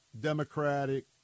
democratic